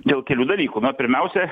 dėl kelių dalykų na pirmiausia